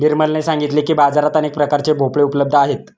निर्मलने सांगितले की, बाजारात अनेक प्रकारचे भोपळे उपलब्ध आहेत